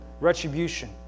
retribution